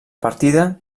partida